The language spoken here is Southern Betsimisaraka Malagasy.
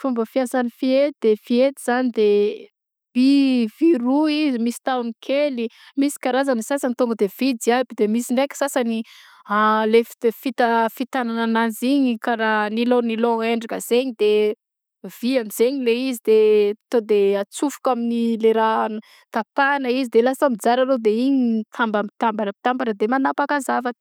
Fomba fiasan'ny fihety; fihety zany de vy vy roy izy misy tahony kely; misy karazany sasany tônga de vy jiaby de misy ndraiky sasany le fita- le le fitagnana ananzy igny karaha nilônnilôn endrika zaigny de vy am'zegny to de atsofoka amle raha tapahagna izy de lasa mizara roy de igny mitamba- mitamba- mitambatra de manapaka zavatra.